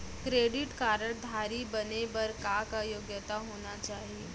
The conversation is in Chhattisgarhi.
क्रेडिट कारड धारी बने बर का का योग्यता होना चाही?